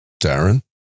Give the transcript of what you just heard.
Darren